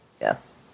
Yes